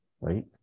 right